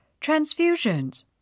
Transfusions